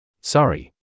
Sorry